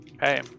Hey